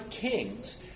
kings